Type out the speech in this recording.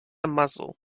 muzzle